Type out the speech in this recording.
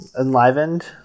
enlivened